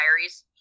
diaries